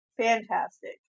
fantastic